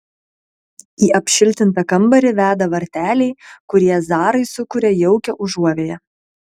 į apšiltintą kambarį veda varteliai kurie zarai sukuria jaukią užuovėją